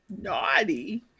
Naughty